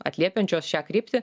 atliepiančios šią kryptį